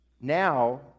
Now